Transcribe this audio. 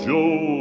Joe